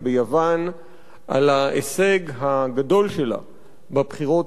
על ההישג הגדול שלה בבחירות האחרונות.